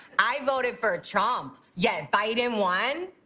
i voted for trump yet biden won.